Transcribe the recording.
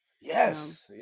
Yes